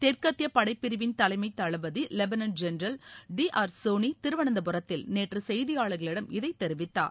தெற்கத்திய படைப்பிரிவின் தலைமைத் தளபதி lieutenant general D R Soni திருவனந்தபுரத்தில் நேற்று செய்தியாளரிடம் இதைத் தெரிவித்தார்